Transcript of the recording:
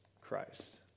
Christ